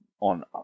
On